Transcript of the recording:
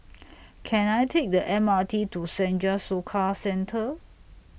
Can I Take The M R T to Senja Soka Centre